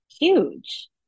huge